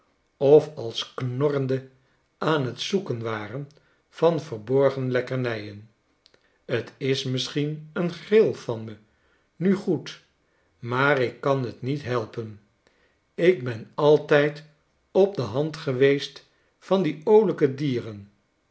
of al knorrende aan t zoeken waren van verborgen lekkernijen t is misschien een gril van me nu goed maar ik kan t niet helpen ik ben altijd op de hand geweest van die oolijke dieren